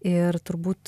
ir turbūt